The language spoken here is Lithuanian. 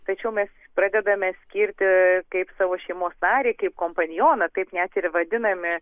tačiau mes pradedame skirti kaip savo šeimos narį kaip kompanioną kaip net ir vadinami